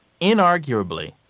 inarguably